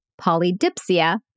polydipsia